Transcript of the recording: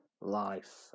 Life